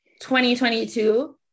2022